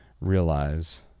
realize